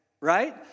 right